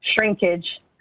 shrinkage